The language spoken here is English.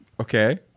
okay